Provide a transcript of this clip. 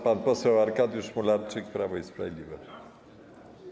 Pan poseł Arkadiusz Mularczyk, Prawo i Sprawiedliwość.